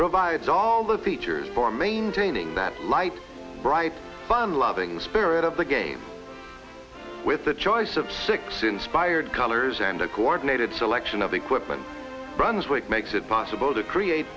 provides all the features for maintaining that light bright fun loving spirit of the game with the choice of six inspired colors and a coordinated selection of equipment brunswick makes it possible to create